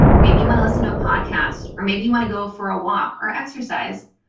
maybe you want to listen to a podcast, or maybe you want to go for a walk or exercise.